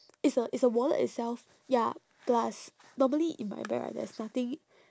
it's a it's a wallet itself ya plus normally in my bag right there's nothing